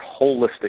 holistic